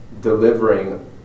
delivering